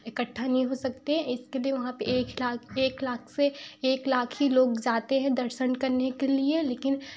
इकट्ठा नहीं हो सकते एक के दो वहाँ पे एक लाख एक लाख से एक लाख ही लोग जाते हैं दर्शन करने के लिए लेकिन